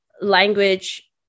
language